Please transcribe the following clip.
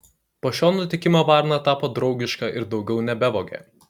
po šio nutikimo varna tapo draugiška ir daugiau nebevogė